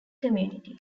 community